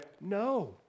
No